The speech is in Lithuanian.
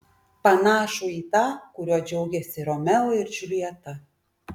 panašų į tą kuriuo džiaugėsi romeo ir džiuljeta